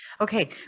Okay